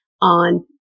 on